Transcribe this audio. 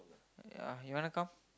ya you wanna come